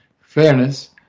fairness